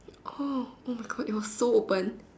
oh oh my God that was so open